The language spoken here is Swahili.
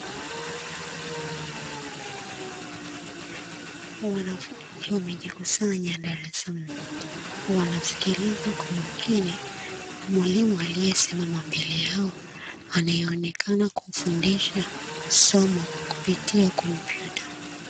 Wanafunzi wamejikusanyana darasani, wanasikiliza kwa makini, mwalimu aliyesimama mbele yao, anaeonekana kufundisha somo kwa kupitia kompyuta .